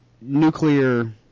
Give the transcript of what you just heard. nuclear